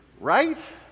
right